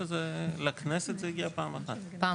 אני